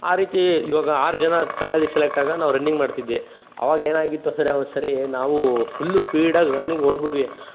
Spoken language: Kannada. ಆ ರೀತಿ ಇವಾಗ ಆರು ಜನ ಫೈನಲಿಗೆ ಸೆಲೆಕ್ಟ್ ಆಗ ನಾವು ರನ್ನಿಂಗ್ ಮಾಡ್ತಿದ್ವಿ ಅವಾಗೇನಾಗಿತ್ತು ಅಂದರೆ ಒಂದು ಸರಿ ನಾವು ಫುಲ್ಲು ಸ್ಪೀಡಾಗಿ ರನ್ನಿಂಗ್ ಓಡ್ಬುಟ್ವಿ